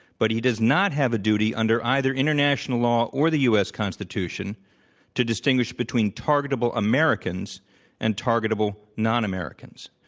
but he does not have a duty under either international law or the u. s. constitution to distinguish between targetable americans and targetable non-americans.